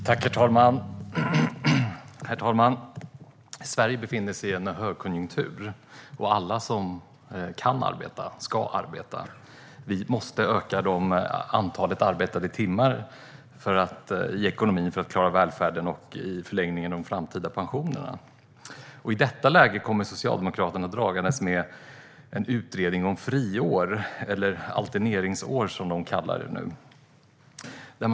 Herr talman! Sverige befinner sig i en högkonjunktur, och alla som kan arbeta ska arbeta. Vi måste öka antalet arbetade timmar i ekonomin för att klara välfärden och i förlängningen de framtida pensionerna. I detta läge kommer Socialdemokraterna dragandes med en utredning om friår, eller alterneringsår som de nu kallar det.